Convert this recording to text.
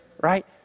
right